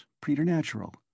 preternatural